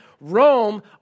Rome